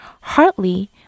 Hartley